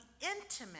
intimate